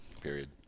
Period